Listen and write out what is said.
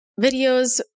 videos